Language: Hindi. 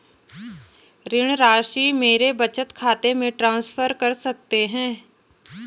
ऋण राशि मेरे बचत खाते में ट्रांसफर कर सकते हैं?